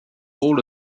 all